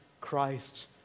Christ